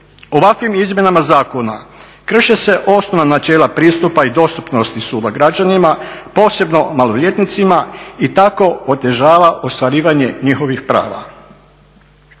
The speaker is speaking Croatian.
Ovakvim izmjenama zakona krše se osnovna načela pristupa i dostupnosti suda građanima posebno maloljetnicima i tako otežava ostvarivanje njihovih prava.